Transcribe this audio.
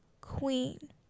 queen